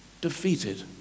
defeated